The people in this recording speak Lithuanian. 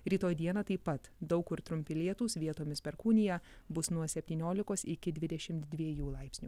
rytoj dieną taip pat daug kur trumpi lietūs vietomis perkūnija bus nuo septyniolikos iki dvidešimt dviejų laipsnių